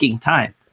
time